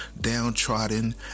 downtrodden